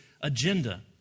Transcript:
agenda